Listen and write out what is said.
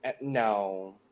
No